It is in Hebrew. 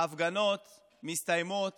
ההפגנות מסתיימות